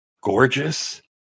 gorgeous